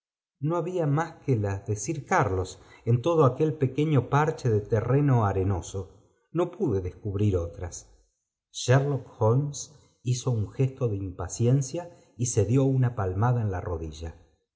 no había más que las de sir carlos en todo aquel pequeño parche de terreno arenoso no pu de descubrir otras sherlok holmes hizo un gesto de impaciencia y se dió una palmada en la rodilla